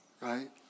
Right